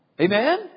Amen